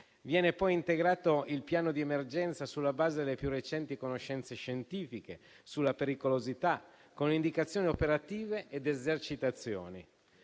Viene poi integrato il piano di emergenza sulla base delle più recenti conoscenze scientifiche sulla pericolosità con indicazioni operative ed esercitazioni.